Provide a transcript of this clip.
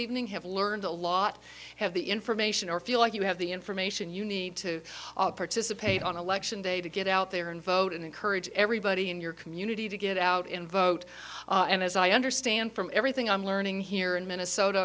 evening have learned a lot have the information or feel like you have the information you need to participate on election day to get out there and vote and encourage everybody in your community to get out and vote and as i understand from everything i'm learning here in minnesota